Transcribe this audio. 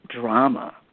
drama